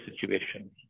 situation